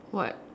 what